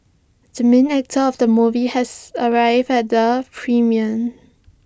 the main actor of the movie has arrived at the premium